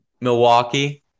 Milwaukee